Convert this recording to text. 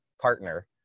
partner